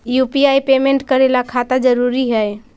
UPI payment करे ला खाता जरूरी है?